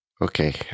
Okay